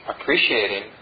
appreciating